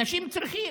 אנשים צריכים.